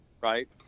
right